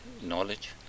knowledge